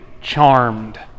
charmed